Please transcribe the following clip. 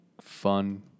fun